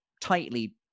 tightly